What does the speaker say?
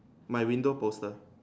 my window poster